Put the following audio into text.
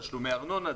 תשלומי ארנונה,